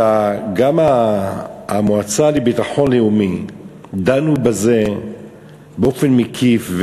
גם במועצה לביטחון לאומי דנו בזה באופן מקיף.